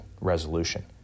Resolution